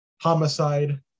Homicide